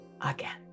again